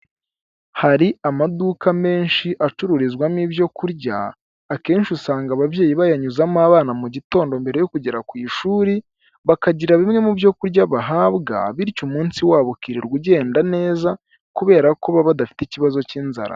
Hari amaduka menshi acururizwamo ibyo kurya akenshi usanga ababyeyi bayanyuzamo abana mbere yo kugera ku ishuri bakagira bimwe mu byo kurya bahabwa, bityo umunsi wabo ukirirwa ugenda neza kubera ko baba badafite ikibazo k'inzara.